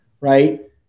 right